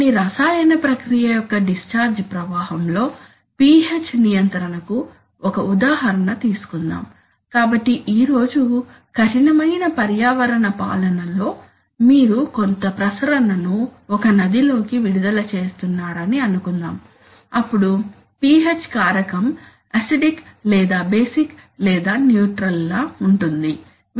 కొన్ని రసాయన ప్రక్రియ యొక్క డిశ్చార్జ్ ప్రవాహంలో pH నియంత్రణకు ఒక ఉదాహరణ తీసుకుందాం కాబట్టి ఈ రోజు కఠినమైన పర్యావరణ పాలనలలో మీరు కొంత ప్రసరణను ఒక నదిలోకి విడుదల చేస్తున్నారని అనుకుందాం అప్పుడు pH కారకం అసిడిక్ లేదా బేసిక్ లేదా న్యూట్రల్ ఉందా